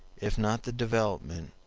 if not the development,